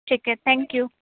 ٹھیک ہے thank you